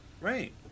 Right